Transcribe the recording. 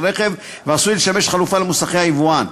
רכב ועשוי לשמש חלופה למוסכי היבואן,